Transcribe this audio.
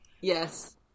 Yes